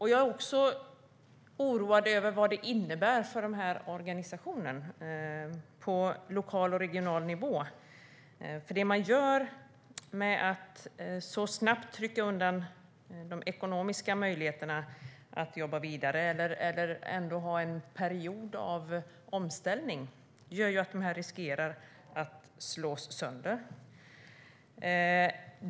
Jag är också oroad över vad det innebär för den här organisationen på lokal och regional nivå, för genom att så snabbt rycka undan de ekonomiska möjligheterna att jobba vidare eller att ändå ha en period av omställning riskerar man att den slås sönder.